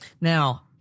Now